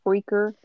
Freaker